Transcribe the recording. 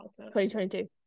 2022